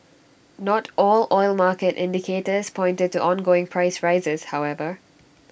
not all oil market indicators pointed to ongoing price rises however